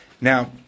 now